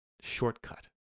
shortcut